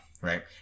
right